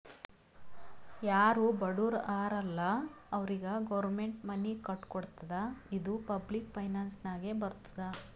ಯಾರು ಬಡುರ್ ಹರಾ ಅಲ್ಲ ಅವ್ರಿಗ ಗೌರ್ಮೆಂಟ್ ಮನಿ ಕಟ್ಕೊಡ್ತುದ್ ಇದು ಪಬ್ಲಿಕ್ ಫೈನಾನ್ಸ್ ನಾಗೆ ಬರ್ತುದ್